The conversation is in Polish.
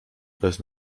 bez